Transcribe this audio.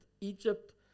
Egypt